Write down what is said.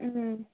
ꯎꯝ